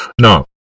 No